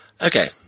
Okay